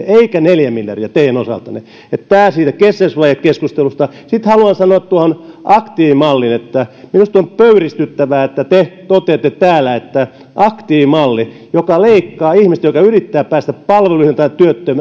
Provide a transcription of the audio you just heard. eikä neljä miljardia teidän osaltanne että tämä siitä kestävyysvajekeskustelusta sitten haluan sanoa tuohon aktiivimalliin että minusta on pöyristyttävää että te toteatte täällä että aktiivimalli joka leikkaa ihmiseltä joka yrittää päästä palveluihin tai